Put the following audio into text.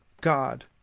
god